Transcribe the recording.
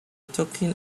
talking